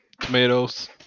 Tomatoes